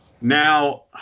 Now